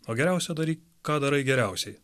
o geriausia daryk ką darai geriausiai